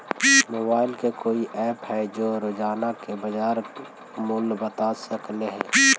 Mobile के कोइ app है जो कि रोजाना के बाजार मुलय बता सकले हे?